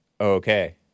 Okay